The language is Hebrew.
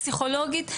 פסיכולוגית,